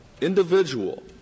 individual